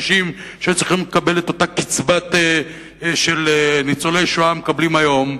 קשישים שצריכים לקבל את אותה קצבה של ניצולי השואה מקבלים היום,